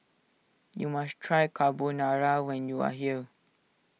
you must try Carbonara when you are here